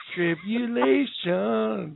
Tribulation